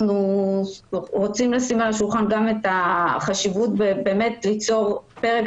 אנחנו רוצים לשים על השולחן גם את החשיבות ליצור פרק